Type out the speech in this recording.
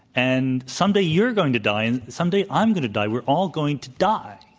and someday, you're going to die. and someday, i'm going to die. we're all going to die.